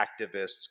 activists